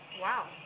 Wow